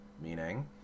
meaning